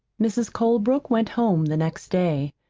mrs. colebrook went home the next day.